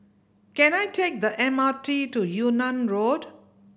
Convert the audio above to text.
can I take the M R T to Yunnan Road